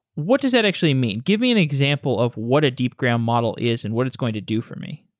what does that actually mean? give me an example of what a deepgram model is and what it's going to do for me.